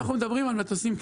אנחנו מדברים על מטוסים קטנים.